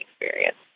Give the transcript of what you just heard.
experience